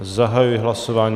Zahajuji hlasování.